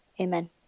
Amen